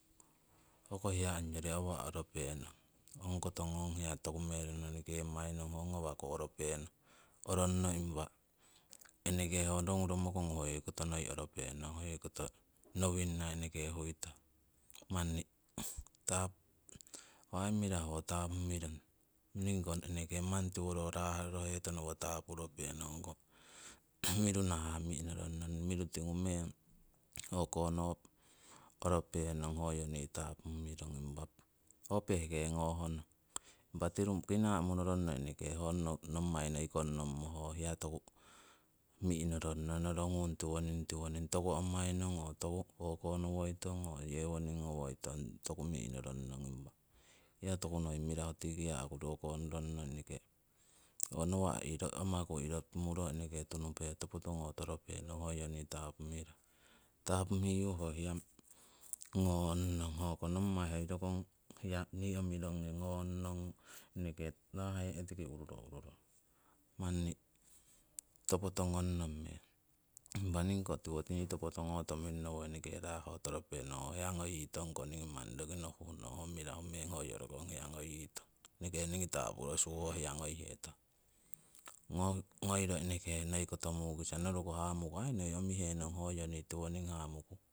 . Hoko hiya ongyori awa' oropenong, ongkoto ngong hiya toku mero norikemai nong ho ngawaku oropenong, oronno impa eneke ho nongu romokongu hoyori koto oropenong hoyori koto nowinna eneke huitong. Manni tap ho aii mirahu ho tapumirong, ningiko eneke manni tiwo ho rahrorohetonno tapuropenong. Miru nahah mi'norong nong miru tingu meng o'konope oropenong hoyo nii tapumirong, impa ho pehke ngoh nong. Impa tiru kinaa monoronno eneke honno nommai nei kongnommo ho hiya toku mi'noronnong, norogung tiwoning, tiwoning, toku amainong oo toku o'konowitng oo yewoning ngowoitong toku mi'norong nong. Hiya toku noi mirahu tii kiya'ku o'konorongno eneke, ho nawa' iro, iro amaku muro eneke topo togotoropenong hoyo ni tapumirong. Tapumiyu ho hiya ngon nong. Hoko nommai hoi rokong hiya nii omirongi ngon nong eneke rahe' tiki ururo ururong. Manni topo tongon nong meng, impa ningiko tiwo nii topo tongo tomirong nowo eneke raa'ho toropenong. Hiya ngoyitongko ningii ko manni nohuhnong ho manni mirahu meng hoyo ho rokong hiya ngoyitong. Eneke ningii tapurosu ho hiya ngoyitong, ngoiro eneke noi koto mukisa, noruko hamuku aii noi omihenong nii tiwoning hamuku.